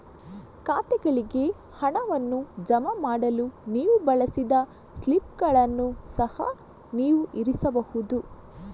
ಖಾತೆಗಳಿಗೆ ಹಣವನ್ನು ಜಮಾ ಮಾಡಲು ನೀವು ಬಳಸಿದ ಸ್ಲಿಪ್ಪುಗಳನ್ನು ಸಹ ನೀವು ಇರಿಸಬಹುದು